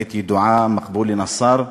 עיתונאית ידועה, מקבולה נסאר,